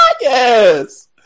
Yes